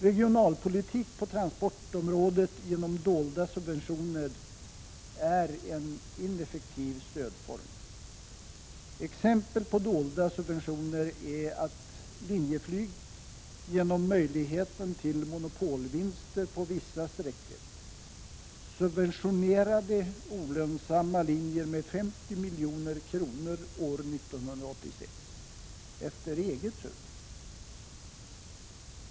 Regionalpolitik på transportområdet genom dolda subventioner är en ineffektiv stödform. Exempel på dolda subventioner är att man inom Linjeflyg, genom möjligheten till monopolvinster på vissa sträckor, subventionerade olönsamma linjer med 50 milj.kr. år 1986 efter eget huvud.